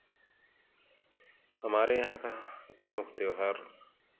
हमारे यहाँ का प्रमुख त्योहार